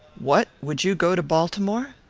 what! would you go to baltimore?